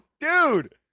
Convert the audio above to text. Dude